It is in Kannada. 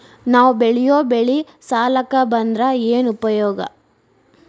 ನಾವ್ ಬೆಳೆಯೊ ಬೆಳಿ ಸಾಲಕ ಬಂದ್ರ ಏನ್ ಉಪಯೋಗ?